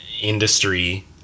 industry